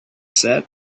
said